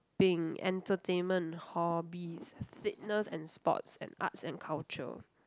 ~ping entertainment hobbies fitness and sports and arts and culture